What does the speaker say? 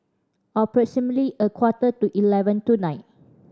approximately a quarter to eleven tonight